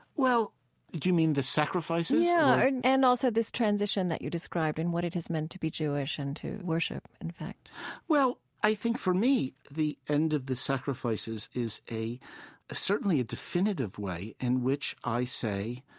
well, do you mean the sacrifices yeah or, yeah. and and also this transition that you described and what it has meant to be jewish and to worship, in fact well, i think for me the end of the sacrifices is ah certainly a definitive way in which i say,